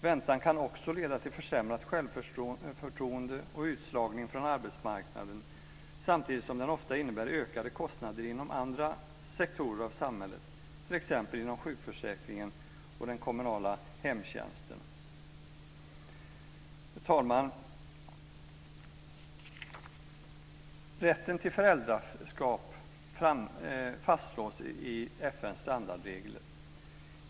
Väntan kan också leda till försämrat självförtroende och utslagning från arbetsmarknaden, samtidigt som den ofta innebär ökade kostnader inom andra sektorer av samhället, t.ex. inom sjukförsäkringen och den kommunala hemtjänsten. Herr talman! Rätten till föräldraskap fastslås i FN:s standardregler.